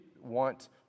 want